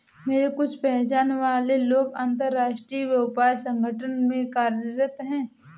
मेरे कुछ पहचान वाले लोग अंतर्राष्ट्रीय व्यापार संगठन में कार्यरत है